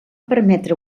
permetre